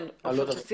כן, עופר כסיף.